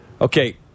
Okay